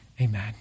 Amen